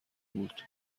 بود